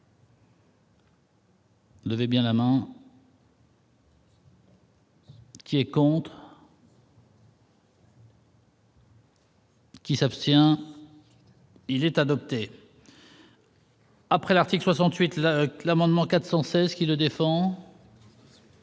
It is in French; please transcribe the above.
Levez bien la non. Est contre. Qui s'abstient, il est adopté. Après l'article 68 là que l'amendement 416 qui le défend.